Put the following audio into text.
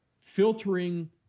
filtering